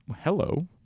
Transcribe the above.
Hello